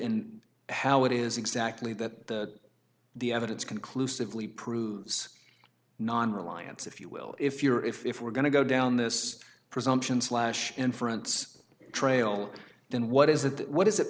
in how it is exactly that the evidence conclusively proves non reliance if you will if you're if we're going to go down this presumption slash inference trail then what is it what is it